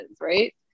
right